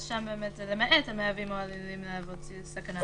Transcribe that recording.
שם זה: "למעט המהווים או העלולים להוות סכנה לציבור".